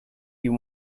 you